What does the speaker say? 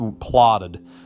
plotted